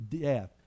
death